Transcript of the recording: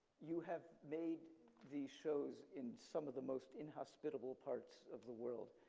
you have made these shows in some of the most inhospitable parts of the world.